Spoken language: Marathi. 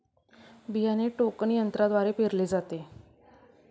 बियाणे टोकन यंत्रद्वारे पेरले जाते